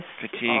fatigue